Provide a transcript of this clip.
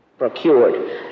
Procured